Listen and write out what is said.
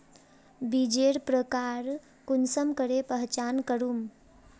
बीजेर प्रकार कुंसम करे पहचान करूम?